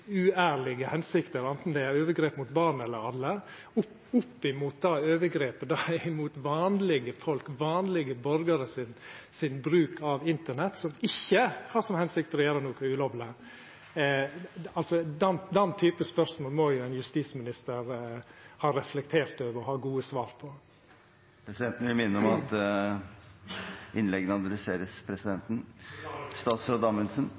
uærlege hensikter – anten det er overgrep mot barn eller mot alle – opp mot det overgrepet det er mot vanlege folk og deira bruk av internett, som ikkje er ulovleg, den typen spørsmål må ein justisminister ha reflektert over og ha gode svar på. Presidenten vil minne om at innleggene adresseres presidenten. Beklager, president.